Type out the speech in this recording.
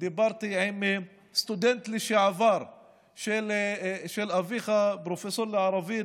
דיברתי עם סטודנט לשעבר של אביך הפרופסור לערבית,